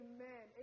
Amen